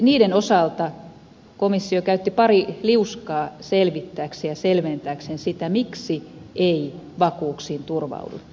niiden osalta komissio käytti pari liuskaa selvittääkseen ja selventääkseen sitä miksi ei vakuuksiin turvauduttu